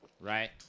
right